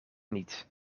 niet